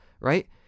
right